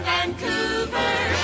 Vancouver